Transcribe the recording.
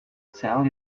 tell